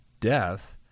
death